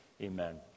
amen